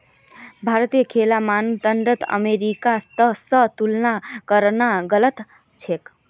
भारतीय लेखा मानदंडक अमेरिका स तुलना करना गलत छेक